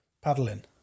Paddling